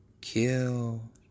Kill